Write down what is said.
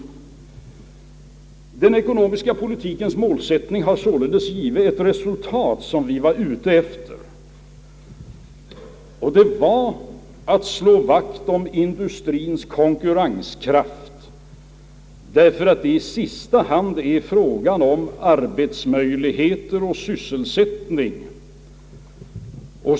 Den ekonomiska politikens målsättning har således givit ett resultat som vi var ute efter. Målet var att slå vakt om industriens konkurrenskraft, därför att det i sista hand är fråga om arbetsmöjligheter och sysselsättning.